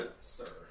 Sir